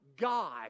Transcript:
God